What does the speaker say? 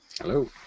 Hello